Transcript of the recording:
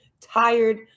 tired